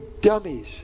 dummies